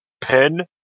pen